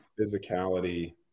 physicality